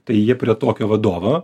tai jie prie tokio vadovo